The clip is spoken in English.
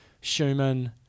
Schumann